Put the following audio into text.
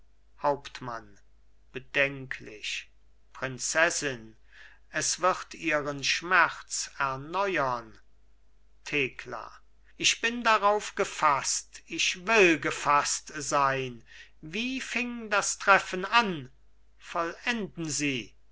hauptmann bedenklich prinzessin es wird ihren schmerz erneuern thekla ich bin darauf gefaßt ich will gefaßt sein wie fing das treffen an vollenden sie